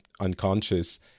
unconscious